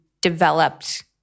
developed